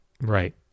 Right